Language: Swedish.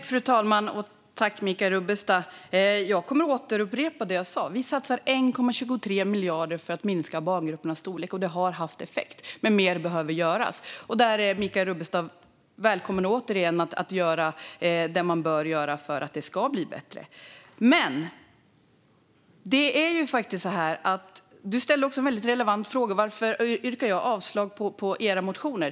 Fru talman! Tack, Michael Rubbestad! Jag upprepar det jag sa: Vi satsar 1,23 miljarder för att minska barngruppernas storlek, och det har haft effekt. Mer behöver dock göras, och där är Michael Rubbestad återigen välkommen att göra det man bör göra för att det ska bli bättre. Michael Rubbestad ställde en väldigt relevant fråga: Varför yrkar jag avslag på era motioner?